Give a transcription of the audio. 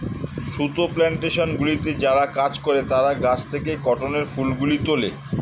সুতো প্ল্যানটেশনগুলিতে যারা কাজ করে তারা গাছ থেকে কটনের ফুলগুলো তোলে